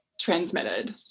transmitted